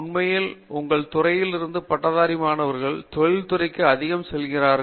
உண்மையில் உங்கள் துறையிலிருந்து பட்டதாரி மாணவர்கள் தொழில் துறைக்கு அதிகம் செல்கிறார்கள்